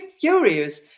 furious